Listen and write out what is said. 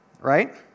Right